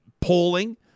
polling